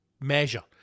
measure